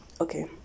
Okay